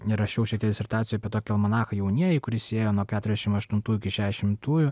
rašiau šiek tiek disertacijoj apie tokį almanachą jaunieji kuris ėjo nuo keturiasdešimt aštuntųjų iki šešiasdešimtųjų